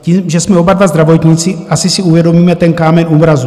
Tím, že jsme oba dva zdravotníci, asi si uvědomíme ten kámen úrazu.